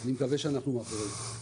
אני מקווה שאנחנו אחרי זה.